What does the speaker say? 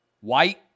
white